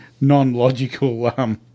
non-logical